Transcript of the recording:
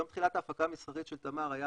יום תחילת ההפקה המסחרית של תמר היה